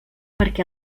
perquè